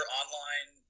online